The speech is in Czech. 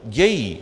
Dějí.